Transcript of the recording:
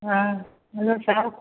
हाँ hello sir